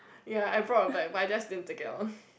ya I brought a bag but I just didn't take it out